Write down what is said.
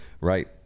Right